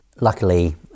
Luckily